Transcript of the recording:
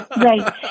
Right